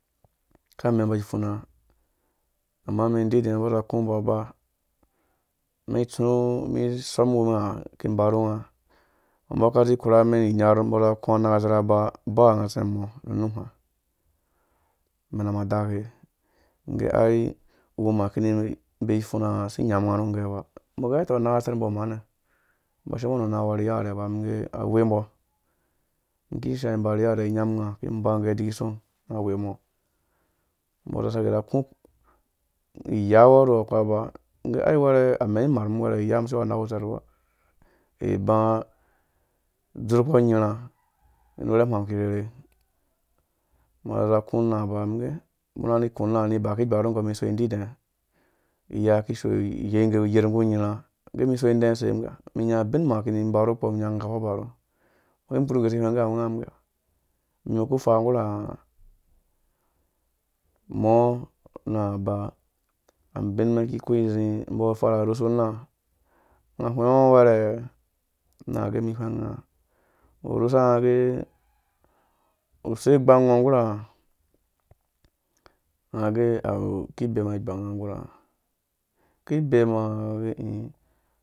Ka mɛmbo ipfuna ama mɛn dide nu mɔ za ki mbɔ ba mi tsu mi sɔm wu ha mi ki mba nu nga mbo ka zi korhuwa mɛ inyarh mbo za ku anakatserha ba, ba nga tsem mɔ nu numha amenam adake ngge ai uwumha mi ki mbei pfuna nga mi si nyam nga nu ngɛ mbo gɛ ai to anaka tserh mbɔ shimbo ru na wɔ ri iyanɛ ba mi gɛ awe mbɔ mi sha mbani iyarɛ mi nyam nga miki mba ngɛ idiki song ngawe mɔ mbɔ so sake za ku iya wɔrhuwo za ku ba ngɛ ai werhe amɛ imarh mũm wɛrɛ wu iyam siweya nakutser ba dzur kpɔ unyirha ru remha mi ki rerhe mbo kaza ku na ha ba mi gɛ mbɔ na ni kũ na ba ki gba nu ngɔ mi so ididɛ iya kiso iyeige yer mbɔ unyirha agɛ mi so idɛ se? Mi gɛ mi nya ubin ma ki ni ba ru kpɔ mi nya ngakpɔ bam mbɔ mi korhuguse ni hweng gɛ nga mi ge ah mi we ku fa ngurha nga? Mɔ na ba abin mɛn ki ku zimbo farha rhusu na ngɔ hwengo werha? Na gɛ mi hwenga mbɔ rhusa nga gɛ use gbang ngɔ ngurhanga? Agɛ wu ki bema igbang mɛn ngurhanga ki bema? Nga gɛ i.